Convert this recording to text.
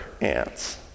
ants